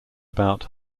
about